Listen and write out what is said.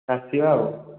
ଆସିବା ଆଉ